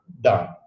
done